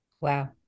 wow